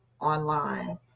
online